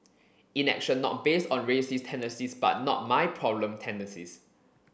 inaction not based on racist tendencies but not my problem tendencies